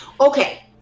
Okay